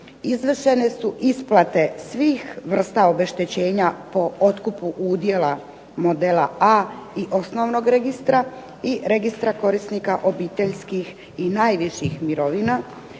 Izvršene su isplate svih vrsta obeštećenja po otkupu udjela modela A i Osnovnog registra i Registra korisnika obiteljskih i najviših mirovina,